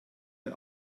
den